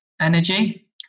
energy